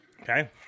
Okay